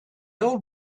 old